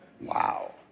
Wow